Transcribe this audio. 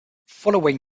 following